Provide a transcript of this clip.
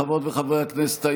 חברות וחברי הכנסת,